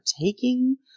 taking